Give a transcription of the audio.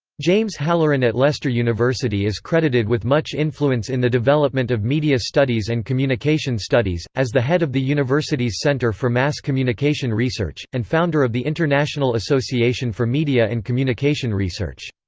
james halloran at leicester university is credited with much influence in the development of media studies and communication studies, as the head of the university's centre for mass communication research, and founder of the international association for media and communication research.